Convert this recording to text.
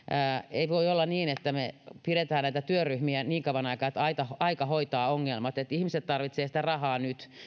ei voi olla niin että me pidämme näitä työryhmiä niin kauan aikaa että aika aika hoitaa ongelmat ihmiset tarvitsevat sitä rahaa nyt